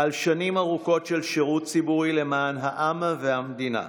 על שנים ארוכות של שירות ציבורי למען העם והמדינה.